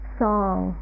song